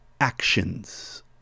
actions